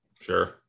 Sure